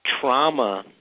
trauma